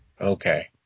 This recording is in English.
okay